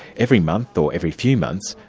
every month, or every few months,